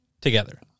Together